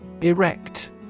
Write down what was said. Erect